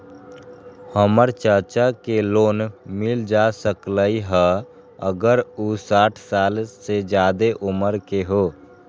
हमर चाचा के लोन मिल जा सकलई ह अगर उ साठ साल से जादे उमर के हों?